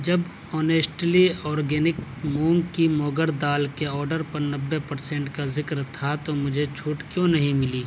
جب honestly organic مونگ کی موگر دال کے آرڈر پر نوے پرسینٹ کا ذکر تھا تو مجھے چھوٹ کیوں نہیں ملی